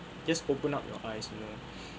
just open up your eyes you know